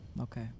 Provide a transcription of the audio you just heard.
okay